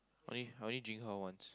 only I only drink her once